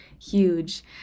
huge